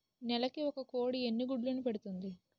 నెలకి ఒక కోడి ఎన్ని గుడ్లను పెడుతుంది?